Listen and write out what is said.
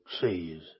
sees